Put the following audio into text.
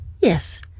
Yes